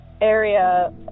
area